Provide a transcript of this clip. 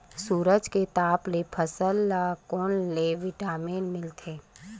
सूरज के ताप ले फसल ल कोन ले विटामिन मिल थे?